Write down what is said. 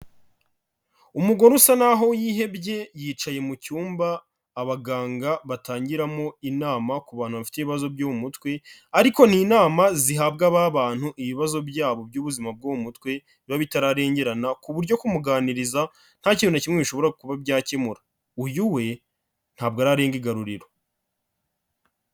Umugore usa naho yihebye, yicaye mu cyumba abaganga batangiramo inama ku bantu bafite ibibazo byo mu mutwe, ariko n' inama zihabwa ba bantu ibibazo byabo by'ubuzima bw bwo mutwe biba bitararengerana ku buryo kumuganiriza nta kintu na kimwe bishobora kuba byakemura uyu we ntabwo ararenga igaruriro.